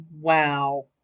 Wow